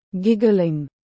Giggling